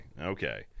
okay